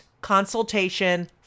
consultation